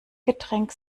getränk